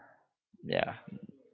ya